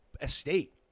estate